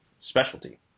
specialty